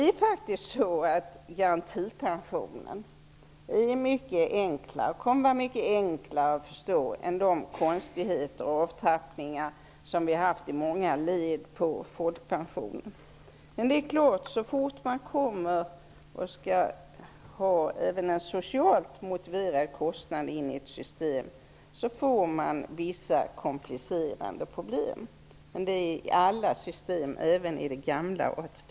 Garantipensionen kommer att vara mycket enklare att förstå än de konstigheter, med avtrappningar i många led, som fanns i folkpensionssystemet. Så fort man tar in en socialt motiverad kostnad i ett system uppstår det vissa komplicerade problem. Men det gäller i alla system, även i det gamla ATP